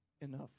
enough